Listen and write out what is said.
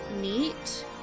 neat